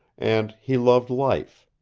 and he loved life.